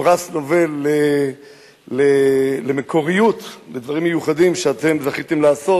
בפרס נובל למקוריות ולדברים מיוחדים שאתם זכיתם לעשות.